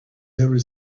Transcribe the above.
never